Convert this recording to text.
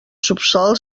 subsòl